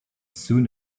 soon